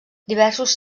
diversos